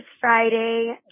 Friday